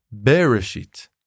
Bereshit